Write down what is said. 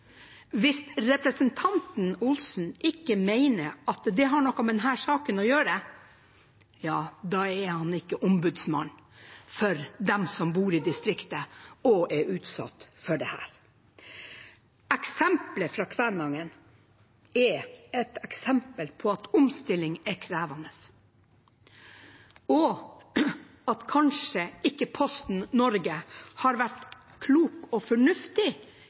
Hvis representanten Olsen mener at det ikke har noe med denne saken å gjøre, er han ikke ombudsmann for dem som bor i distriktet og er utsatt for dette. Eksemplet fra Kvænangen er et eksempel på at omstilling er krevende, og at Posten Norge kanskje ikke har vært klok og fornuftig